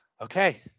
Okay